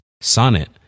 Sonnet